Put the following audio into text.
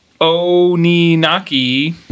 Oninaki